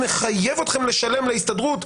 נחייב אתכם לשלם להסתדרות,